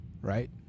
right